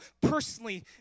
personally